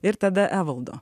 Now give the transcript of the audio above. ir tada evaldo